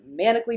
manically